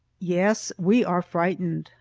yes, we are frightened.